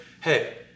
hey